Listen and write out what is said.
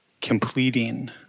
completing